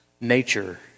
nature